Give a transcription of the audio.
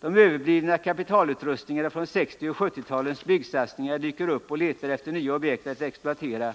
De överblivna kapitalutrustningarna från 1960 och 1970-talens byggsatsningar dyker upp och letar efter nya objekt att exploatera,